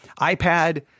iPad